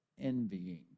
envying